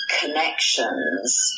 connections